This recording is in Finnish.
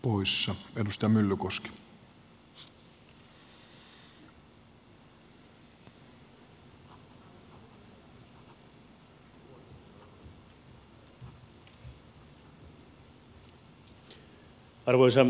arvoisa herra puhemies